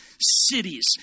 cities